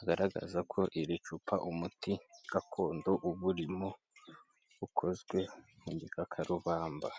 agaragaza ko iri cupa umuti gakondo uba urimo ukozwe mu gikakarubamba.